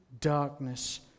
darkness